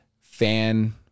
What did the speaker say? Fan